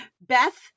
Beth